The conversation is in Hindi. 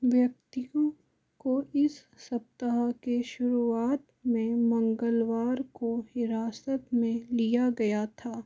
व्यक्तियों को इस सप्ताह के शुरुआत में मंगलवार को हिरासत में लिया गया था